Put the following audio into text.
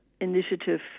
initiative